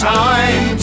time